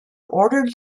ordered